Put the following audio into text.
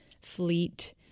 fleet